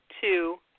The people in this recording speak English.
two